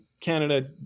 canada